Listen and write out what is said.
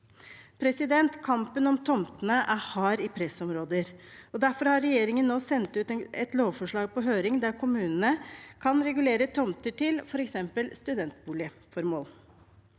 Kampen om tomtene er hard i pressområder. Derfor har regjeringen nå sendt ut et lovforslag på høring der kommunene kan regulere tomter til f.eks. studentboligformål.